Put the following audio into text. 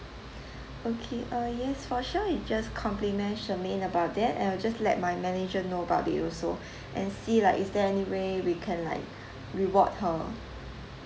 okay uh yes for sure we just compliment charmaine about it and we'll just let my manager know about it also and see like is there any way we can like reward her